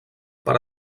per